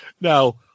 Now